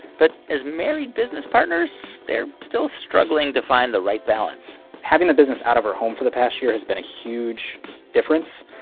but as married business partners, they're still struggling to find the right balance having the business out of our home for the past year has been a huge difference.